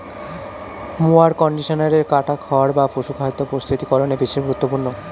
mower কন্ডিশনারে কাটা খড় বা পশুখাদ্য প্রস্তুতিকরনে বিশেষ গুরুত্বপূর্ণ